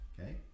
Okay